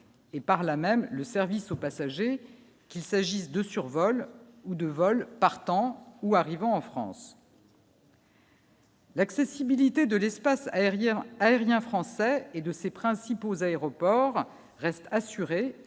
et par là même le service aux passagers, qu'il s'agisse de survol ou de vols partant ou arrivant en France. L'accessibilité de l'espace aérien aérien français et de ses principaux aéroports reste assurée